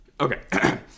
Okay